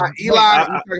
Eli